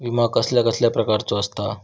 विमा कसल्या कसल्या प्रकारचो असता?